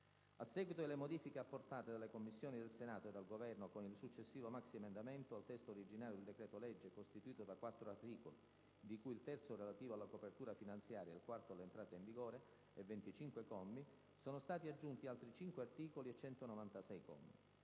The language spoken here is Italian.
A seguito delle modifiche apportate dalle Commissioni del Senato e dal Governo con il successivo maxiemendamento, al testo originario del decreto-legge, costituito da 4 articoli (di cui il terzo relativo alla copertura finanziaria e il quarto all'entrata in vigore) e 25 commi, sono stati aggiunti altri 5 articoli e 196 commi.